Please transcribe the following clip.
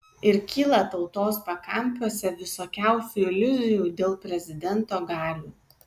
ir kyla tautos pakampiuose visokiausių iliuzijų dėl prezidento galių